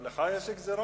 גם לך יש גזירות?